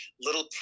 little